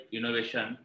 Innovation